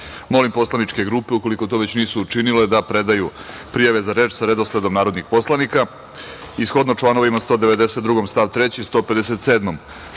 reda. Molim poslaničke grupe, ukoliko to već nisu učinile, da predaju prijave za reč sa redosledom narodnih poslanika. Shodno članovima 192. stav 3. i 157. stav 2.